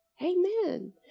Amen